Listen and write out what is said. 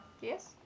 Yes